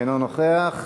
אינו נוכח.